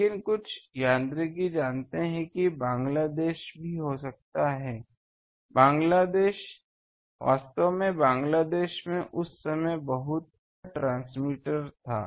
लेकिन कुछ यांत्रिकी जानते थे कि बांग्लादेश भी हो सकता है वास्तव में बांग्लादेश में उस समय बहुत हाई पावर ट्रांसमीटर था